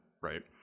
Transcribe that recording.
Right